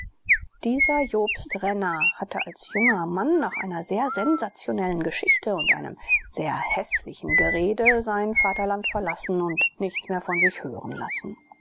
dieser jobst renner hatte als junger mann nach einer sehr sensationellen geschichte und einem sehr häßlichen gerede sein vaterland verlassen und nichts mehr von sich hören lassen